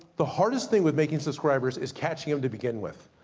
the hardest thing with making subscribers, is catching them to begin with.